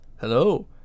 Hello